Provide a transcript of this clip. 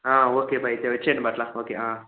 okay బా అయితే వచ్చేయండి బా అట్ల ఓకే